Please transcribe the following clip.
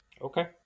Okay